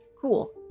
cool